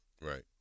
Right